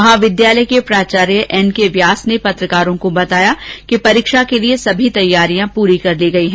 महाविद्यालय के प्राचार्य एन के व्यास ने पत्रकारों को बताया कि परीक्षा के लिए सभी तैयारियां पूरी कर ली गई है